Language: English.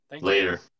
Later